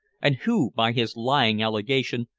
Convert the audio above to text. and who, by his lying allegation,